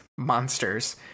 monsters